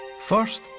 first,